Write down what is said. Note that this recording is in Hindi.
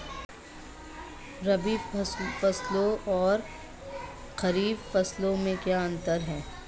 रबी फसलों और खरीफ फसलों में क्या अंतर है?